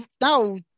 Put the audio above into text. now